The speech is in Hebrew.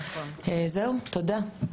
זהו, תודה.